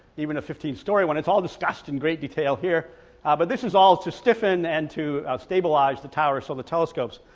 even a fifteen story when it's all discussed in great detail here ah but this is all to stiffen and to stabilize the tower so the telescope's,